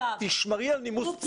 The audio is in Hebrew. תשמרי על נימוס בסיסי.